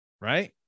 right